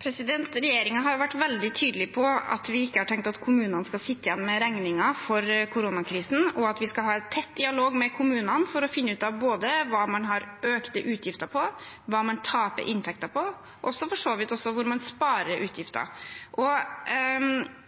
Regjeringen har vært veldig tydelig på at vi ikke har tenkt at kommunene skal sitte igjen med regningen for koronakrisen, og at vi skal ha en tett dialog med kommunene for å finne ut både hva man har økte utgifter for, hva man taper inntekter på, og for så vidt også hvor man sparer